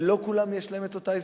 ולא כולם יש להם את אותה הזדמנות.